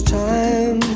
time